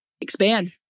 Expand